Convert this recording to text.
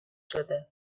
شده